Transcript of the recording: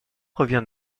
revient